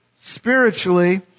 spiritually